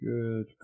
Good